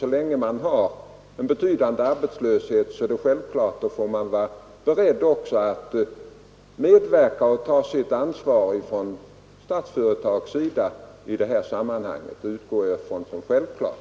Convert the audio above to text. Så länge det råder en betydande arbetslöshet måste ju Statsföretag medverka och ta sitt ansvar i detta sammanhang — det utgår jag från som självklart.